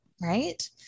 Right